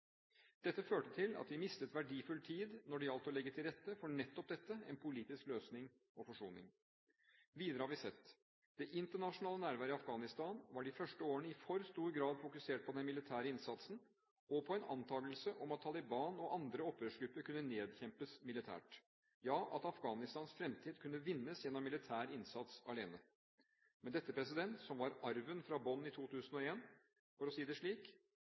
Dette førte til at vi mistet verdifull tid når det gjaldt å legge til rette for nettopp dette – en politisk løsning og forsoning. Videre har vi sett: Det internasjonale nærværet i Afghanistan var de første årene i for stor grad fokusert på den militære innsatsen og på en antakelse om at Taliban og andre opprørsgrupper kunne nedkjempes militært – ja, at Afghanistans fremtid kunne vinnes gjennom militær innsats alene. Men dette – som var arven fra Bonn i 2001, for å si det slik